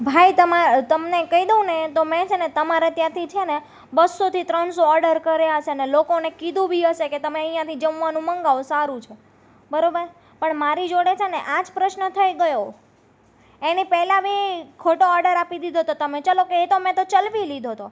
ભાઈ તમા તમને કહી દઉંને તો મેં છેને તમારે ત્યાંથી છેને બસોથી ત્રણસો ઓર્ડર કર્યા હશેને લોકોને કીધું બી હશે કે તમે અહીંયાંથી જમવાનું મંગાવો સારું છે બરોબર પણ મારી જોડે છેને આજ પ્રશ્ન થઈ ગયો એની પેલા બી ખોટો ઓર્ડર આપી દીધો તો તમે ચલો કે એતો મેં તો ચલાવી લીધો તો